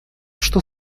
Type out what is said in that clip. что